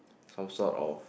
some sort of